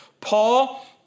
Paul